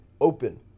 open